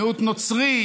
מיעוט נוצרי,